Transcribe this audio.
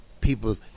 people